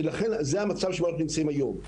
זה המצב שבו אנחנו נמצאים היום.